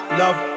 love